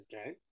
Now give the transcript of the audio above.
Okay